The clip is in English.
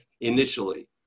initially